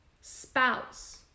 spouse